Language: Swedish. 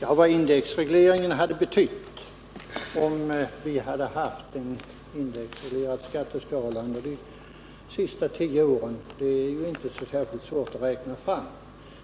Herr talman! Vad indexregleringen hade betytt om vi hade haft en indexreglerad skatteskala under de senaste tio åren är inte särskilt svårt att räkna ut.